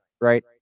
right